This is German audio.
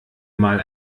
mal